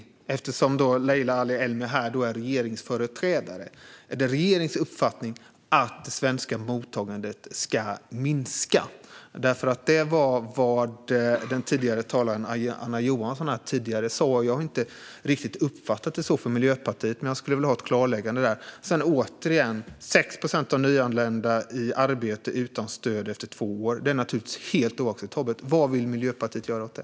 Eftersom Leila Ali-Elmi här är regeringsföreträdare vill jag fråga: Är det regeringens uppfattning att det svenska mottagandet ska minska? Det var vad den tidigare talaren Anna Johansson sa. Jag har inte riktigt uppfattat det så för Miljöpartiet. Jag skulle vilja ha ett klarläggande där. Återigen: Det är 6 procent av de nyanlända som är i arbete utan stöd efter två år. Det är naturligtvis helt oacceptabelt. Vad vill Miljöpartiet göra åt det?